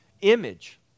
image